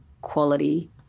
quality